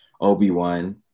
obi-wan